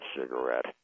cigarette